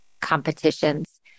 competitions